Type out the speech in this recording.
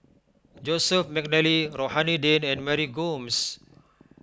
Joseph McNally Rohani Din and Mary Gomes